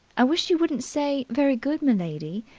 i wish you wouldn't say very good, m'lady'.